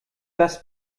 das